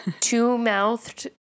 two-mouthed